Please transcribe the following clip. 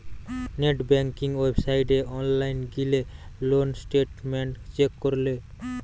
net banking ওয়েবসাইটে online গিলে loan statement check করলে